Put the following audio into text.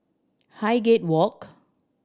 Highgate Walk